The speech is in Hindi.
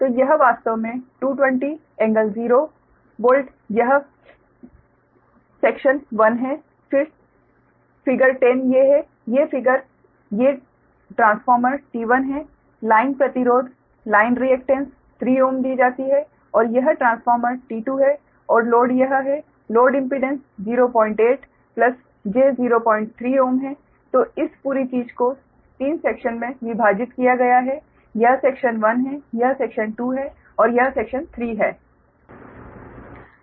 तो यह वास्तव में 220 ∟0 वोल्ट यह सेक्शन 1 है फिगर 10 ये हैं ये ट्रांसफार्मर T1 है लाइन प्रतिरोध लाइन रिएकटेन्स 3Ω दी जाती है और यह ट्रांसफार्मर T2 है और लोड यह है लोड इम्पीडेंस 08 j03 Ω है तो इस पूरी चीज को 3 सेक्शन में विभाजित किया गया है यह सेक्शन 1 है यह सेक्शन 2 है और यह सेक्शन 3 है